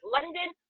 London